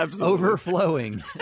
overflowing